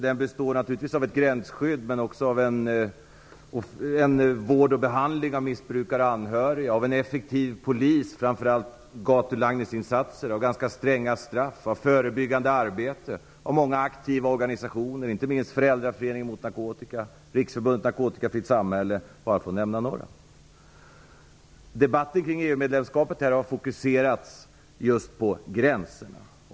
Den består av ett gränsskydd, men också av vård och behandling av missbrukare och anhöriga, en effektiv polis - framför allt gatulangningsinsatser - ganska stränga straff samt förebyggande arbete av många aktiva organisationer, inte minst Föräldraföreningen mot narkotika och Riksförbundet Narkotikafritt samhälle, för att bara nämna några. Debatten kring EU-medlemskapet har fokuserats på gränserna.